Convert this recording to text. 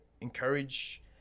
encourage